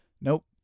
Nope